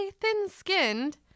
thin-skinned